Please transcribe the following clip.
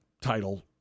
title